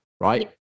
Right